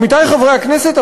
עמיתי חברי הכנסת,